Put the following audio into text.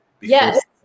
Yes